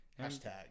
Hashtag